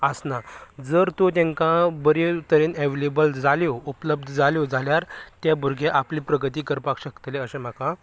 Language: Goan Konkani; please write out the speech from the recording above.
आसना जर तूं तेंका बरी तरेन अवेलेबिल जाल्यो उपल्ब्द जाल्यो जाल्यार तें भुरगें आपली प्रगती करपाक शकतले अशें म्हाका